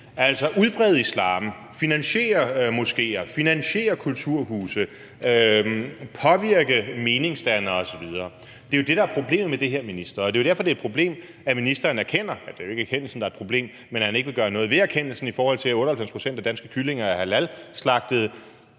altså udbrede islam, finansiere moskéer, finansiere kulturhuse, påvirke meningsdannere osv. Det er jo det, der er problemet med det her, minister, og det er jo derfor, at det er et problem, at selv om ministeren erkender – det er jo ikke erkendelsen, der er et problem, men at han ikke vil gøre noget ved erkendelsen – at 98 pct. af danske kyllinger er halalslagtet,